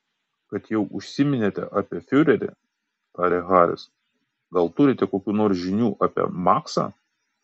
kad jau užsiminėte apie fiurerį tarė haris gal turite kokių nors žinių apie maksą